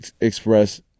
express